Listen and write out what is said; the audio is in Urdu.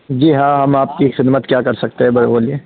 جی ہاں ہم آپ کی خدمت کیا کر سکتے ہیں بھائی بولیے